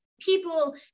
people